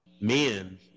Men